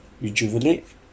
rejuvenate